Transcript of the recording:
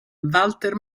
walter